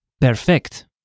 Perfect